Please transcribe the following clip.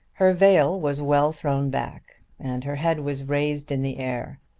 her veil was well thrown back, and her head was raised in the air.